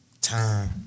Time